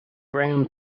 brown